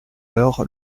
leur